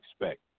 expect